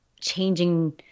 changing